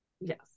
Yes